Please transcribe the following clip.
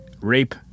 rape